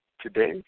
today